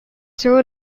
two